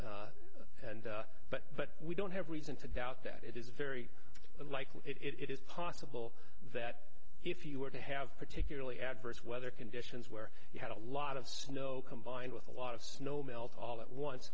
and but we don't have reason to doubt that it is very likely it is possible that if you were to have particularly adverse weather conditions where you had a lot of snow combined with a lot of snow melt all at once